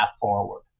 forward